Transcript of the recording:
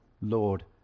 Lord